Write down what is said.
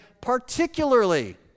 particularly